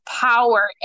power